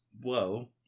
Whoa